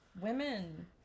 Women